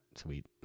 sweet